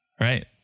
Right